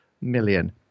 million